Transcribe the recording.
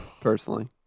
personally